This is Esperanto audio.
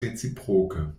reciproke